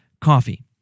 Coffee